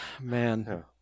man